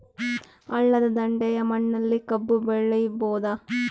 ಹಳ್ಳದ ದಂಡೆಯ ಮಣ್ಣಲ್ಲಿ ಕಬ್ಬು ಬೆಳಿಬೋದ?